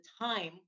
time